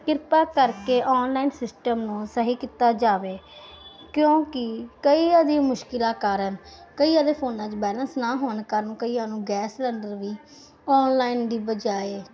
ਕਿਰਪਾ ਕਰਕੇ online system ਨੂੰ ਸਹੀ ਕੀਤਾ ਜਾਵੇ ਕਿਉਂਕਿ ਕਈ ਅਜਿਹੀ ਮੁਸ਼ਕਿਲਾਂ ਕਾਰਨ ਕਈ ਇਹਦੇ ਫੋਨਾਂ 'ਚ ਬੈਲੈਂਸ ਨਾ ਹੋਣ ਕਾਰਨ ਕਈਆਂ ਨੂੰ ਗੈਸ ਸਲੰਡਰ ਵੀ ਆਨਲਾਈਨ ਦੀ ਬਜਾਏ